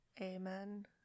Amen